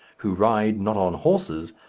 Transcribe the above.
who ride, not on horses,